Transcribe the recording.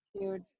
Huge